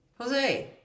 Jose